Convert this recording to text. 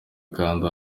kandi